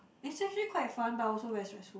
is actually quite fun but also very stressful